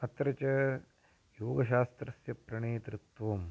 अत्र च योगशास्त्रस्य प्रणेतृत्वम्